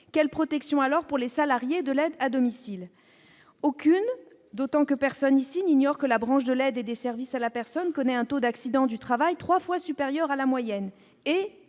quelle protection alors pour les salariés de l'aide à domicile, aucune, d'autant que personne ici n'ignore que la branche de l'aide et des services à la personne connaît un taux d'accident du travail 3 fois supérieur à la moyenne est